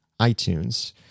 itunes